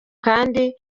kandi